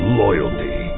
loyalty